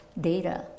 data